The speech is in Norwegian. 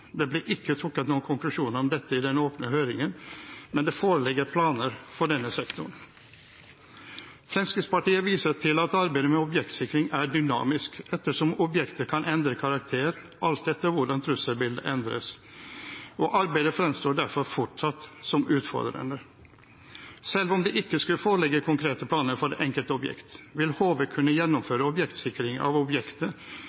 Det ble ikke trukket noen konklusjoner om dette i den åpne høringen, men det foreligger planer for denne sektoren. Fremskrittspartiet viser til at arbeidet med objektsikring er dynamisk, ettersom objekter kan endre karakter alt etter hvordan trusselbildet endres, og arbeidet fremstår derfor fortsatt som utfordrende. Selv om det ikke skulle foreligge konkrete planer for det enkelte objekt, vil HV kunne